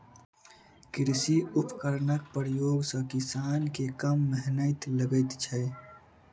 कृषि उपकरणक प्रयोग सॅ किसान के कम मेहनैत लगैत छै